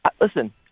Listen